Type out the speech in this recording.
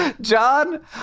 John